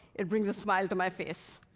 it brings a smile to my face.